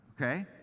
okay